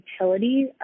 utility